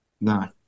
No